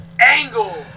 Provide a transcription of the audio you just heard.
Angle